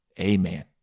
Amen